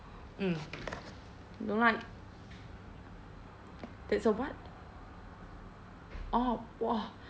mm don't like there's a what orh !wah!